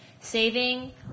saving